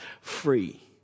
free